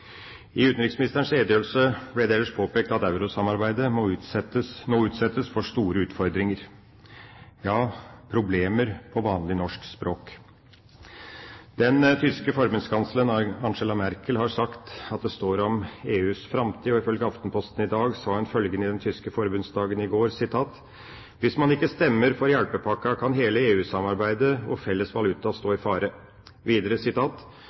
I utenriksministerens redegjørelse ble det ellers påpekt at eurosamarbeidet nå utsettes for store utfordringer – ja, problemer, i vanlig norsk språk. Den tyske forbundskansler Angela Merkel har sagt at det står om EUs framtid. Ifølge Aftenposten i dag sa hun følgende i den tyske forbundsdagen i går: «Hvis man ikke stemmer for hjelpepakken, kan hele EU-samarbeidet og fellesvalutaen euro stå i fare.» Videre: